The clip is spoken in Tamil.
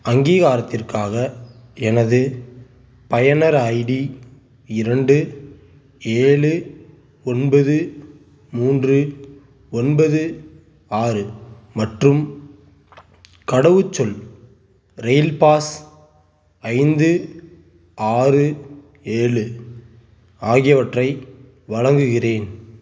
அங்கீகாரத்திற்காக எனது பயனர் ஐடி இரண்டு ஏழு ஒன்பது மூன்று ஒன்பது ஆறு மற்றும் கடவுச்சொல் ரெயில்பாஸ் ஐந்து ஆறு ஏழு ஆகியவற்றை வழங்குகிறேன்